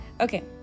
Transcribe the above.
Okay